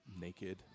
naked